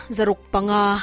Zarukpanga